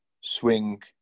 swing